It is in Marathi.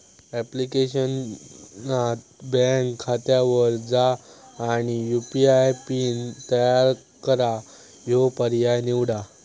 ऍप्लिकेशनात बँक खात्यावर जा आणि यू.पी.आय पिन तयार करा ह्यो पर्याय निवडा